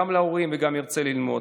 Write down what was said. גם להורים וגם ירצה ללמוד.